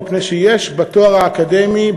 מפני שיש בתואר האקדמי,